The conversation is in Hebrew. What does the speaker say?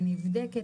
היא נבדקת,